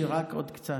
יש לי רק עוד קצת,